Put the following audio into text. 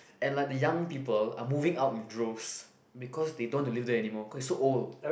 and like the young people are moving out in droves because they don't want to live there anymore cause is so old